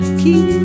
keep